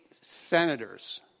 senators